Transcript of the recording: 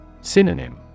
Synonym